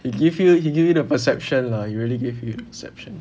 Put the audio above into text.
he give you he give you the perception lah he really give you the perception